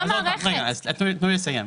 המענים,